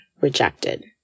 rejected